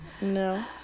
No